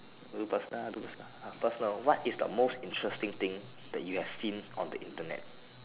you personal do ah personal what is the most interesting thing that you have seen on the Internet